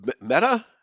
Meta